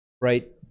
right